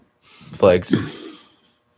Flags